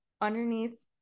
underneath